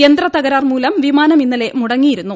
യന്ത്രത്തകരാർ മൂലം വിമാനം ഇന്നലെ മുടങ്ങിയിരുന്നു